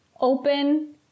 Open